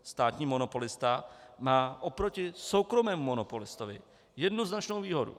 Státní monopolista má oproti soukromému monopolistovi jednoznačnou výhodu.